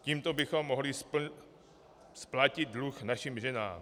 Tímto bychom mohli splatit dluh našim ženám.